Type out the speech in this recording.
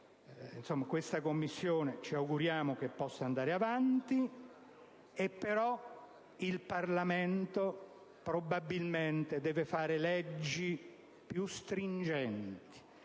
questa Commissione possa andare avanti; però, il Parlamento probabilmente deve fare leggi più stringenti